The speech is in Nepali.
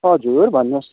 हजुर भन्नुहोस्